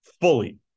Fully